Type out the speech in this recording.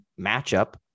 matchup